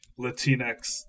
Latinx